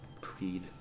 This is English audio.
creed